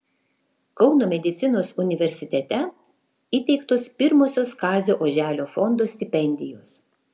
kauno medicinos universitete įteiktos pirmosios kazio oželio fondo stipendijos